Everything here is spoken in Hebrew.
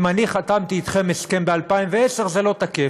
אם אני חתמתי אתכם הסכם ב-2010 זה לא תקף.